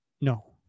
No